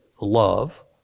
love